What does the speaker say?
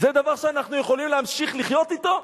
זה דבר שאנחנו יכולים להמשיך לחיות אתו?